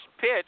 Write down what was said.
pitch